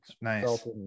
nice